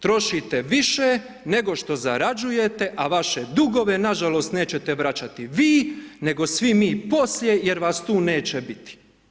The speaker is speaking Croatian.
Trošite više, nego što zarađujete, a vaše dugove, nažalost, nećete vraćati vi, nego svi mi poslije jer vas tu neće biti.